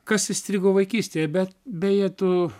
kas įstrigo vaikystėje bet beje tu